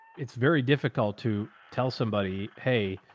it's very difficult to tell somebody, hey,